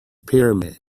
pyramids